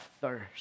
thirst